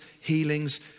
healings